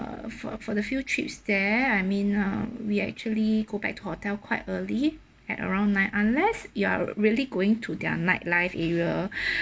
uh for for the few trips there I mean uh we actually go back to hotel quite early at around nine unless you are really going to their nightlife area